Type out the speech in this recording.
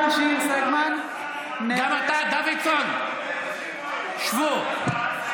נגד גם אתה, דוידסון, שבו.